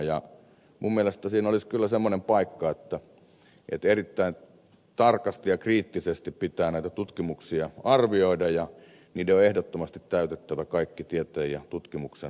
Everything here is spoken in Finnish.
minun mielestäni siinä olisi kyllä semmoinen paikka että erittäin tarkasti ja kriittisesti pitää näitä tutkimuksia arvioida ja niiden on ehdottomasti täytettävä kaikki tieteen ja tutkimuksen vaatimukset